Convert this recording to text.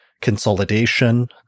consolidation